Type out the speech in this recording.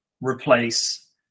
replace